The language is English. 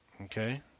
okay